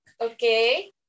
Okay